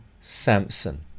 Samson